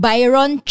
Byron